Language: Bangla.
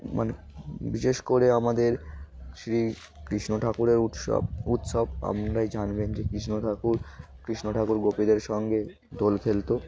মানে বিশেষ করে আমাদের শ্রী কৃষ্ণ ঠাকুরের উৎসব উৎসব আপরাই জানবেন যে কৃষ্ণ ঠাকুর কৃষ্ণ ঠাকুর গোপীদের সঙ্গে দোল খেলত